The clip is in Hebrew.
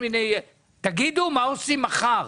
תגידו מה עושים מחר.